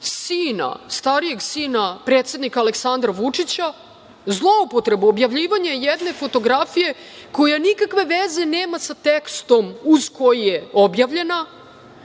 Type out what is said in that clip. sina, starijeg sina predsednika Aleksandra Vučića, objavljivanje jedne fotografije koja nikakve veze nema sa tekstom uz koji je objavljena,